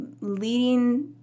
Leading